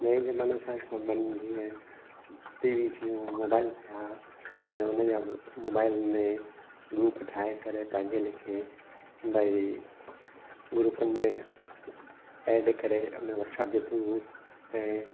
नएं ज़माने सां संॿंध जीअं टी वी थियूं मोबाइल थिया ऐं उन जा मोबाइल में ग्रुप ठाहे करे पंहिंजे लेखे भई ग्रुपनि में एड करे वाट्सअप जे थ्रू ऐं